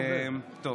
אך